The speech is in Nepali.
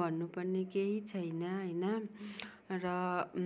भन्नु पर्ने केही छैन होइन र